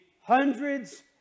hundreds